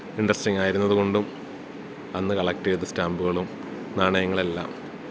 ഇൻട്രസ്റ്റിങ്ങായിരുന്നത് കൊണ്ടും അന്ന് കളക്ട് ചെയ്ത സ്റ്റാമ്പുകളും നാണയങ്ങളും എല്ലാം